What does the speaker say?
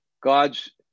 God's